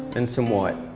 and some white,